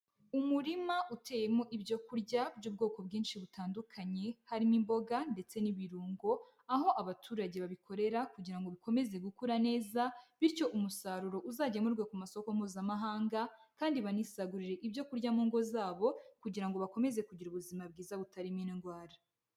Umurima uteyemo ibyo kurya by'ubwoko bwinshi butandukanye harimo imboga ndetse n'ibirungo, aho abaturage babikorera kugira ngo bikomeze gukura neza bityo umusaruro uzagemurwe ku masoko mpuzamahanga kandi banisagurire ibyo kurya mu ngo zabo kugira ngo bakomeze kugira ubuzima bwiza butarimo indwara.